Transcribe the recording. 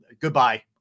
Goodbye